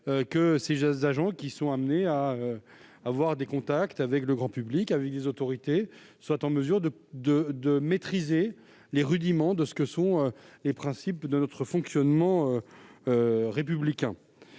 jeunes agents, qui sont amenés à avoir des contacts avec le grand public et avec des autorités, soient en mesure de maîtriser les rudiments des principes de notre fonctionnement républicain.